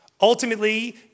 Ultimately